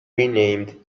renamed